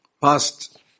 past